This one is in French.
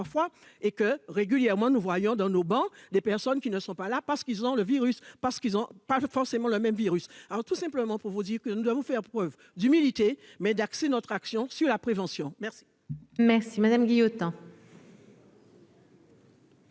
et que régulièrement nous voyons dans nos bancs des personnes qui ne sont pas là parce qu'ils ont le virus parce qu'ils ont pas forcément le même virus alors tout simplement pour vous dire que nous devons faire preuve d'humilité mais d'axer notre action sur la prévention, merci. Merci madame autant.